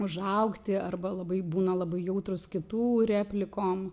užaugti arba labai būna labai jautrūs kitų replikom